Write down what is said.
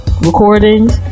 recordings